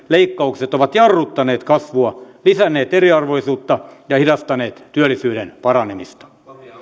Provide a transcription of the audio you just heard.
leikkaukset ovat jarruttaneet kasvua lisänneet eriarvoisuutta ja hidastaneet työllisyyden paranemista